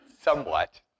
somewhat